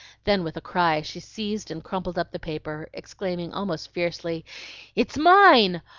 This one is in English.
then with a cry she seized and crumpled up the paper, exclaiming almost fiercely it's mine!